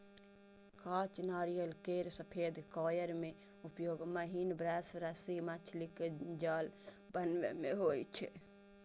कांच नारियल केर सफेद कॉयर के उपयोग महीन ब्रश, रस्सी, मछलीक जाल बनाबै मे होइ छै